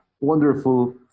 wonderful